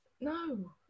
no